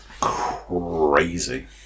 Crazy